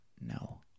No